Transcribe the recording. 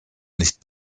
nicht